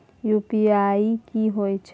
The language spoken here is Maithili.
यु.पी.आई की होय छै?